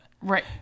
Right